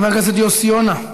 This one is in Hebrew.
חבר הכנסת יוסי יונה,